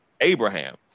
Abraham